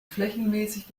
flächenmäßig